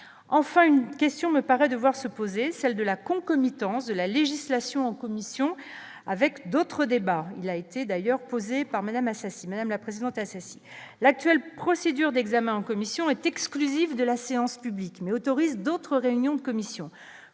enfin, une question me paraît devoir se poser, celle de la concomitance de la législation en commission avec d'autres débats, il a été d'ailleurs posée par Madame Assassi Madame la présidente assassiné l'actuelle procédure d'examen en commission est exclusive de la séance publique mais autorise d'autres réunions de commissions,